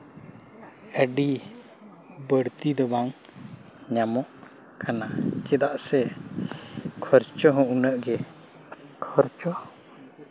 ᱟᱹᱰᱤ ᱵᱟᱹᱲᱛᱤ ᱫᱚ ᱵᱟᱝ ᱧᱟᱢᱚᱜ ᱠᱟᱱᱟ ᱪᱮᱫᱟᱜ ᱥᱮ ᱠᱷᱚᱨᱟᱚ ᱦᱚᱸ ᱩᱱᱟᱹᱜ ᱜᱮ ᱠᱷᱚᱨᱪᱚ